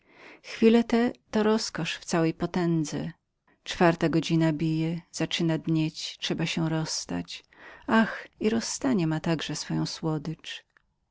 te to rozkosz w całej potędze czwarta godzina bije zaczyna dnieć trzeba się rozstać ach i rozstanie ma także swoją słodycz